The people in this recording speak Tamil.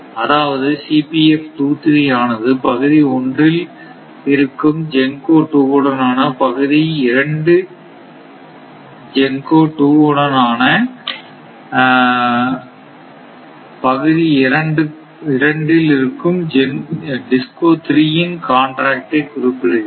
அதாவது ஆனது பகுதி 1 இல் இருக்கும் GENCO 2 உடன் ஆன பகுதி 2 இருக்கும் DISCO 3 இன் காண்ட்ராக்ட் ஐ குறிப்பிடுகிறது